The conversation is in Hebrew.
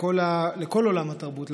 לכל עולם התרבות,